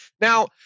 Now